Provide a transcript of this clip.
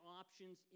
options